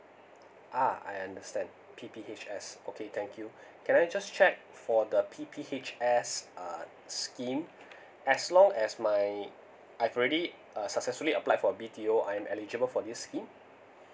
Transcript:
ah I understand P P H S okay thank you can I just check for the P P H S uh scheme as long as my I've already uh successfully applied for B T O I am eligible for this scheme